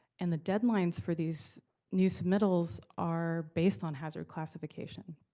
and the deadlines for these new submittals are based on hazard classification.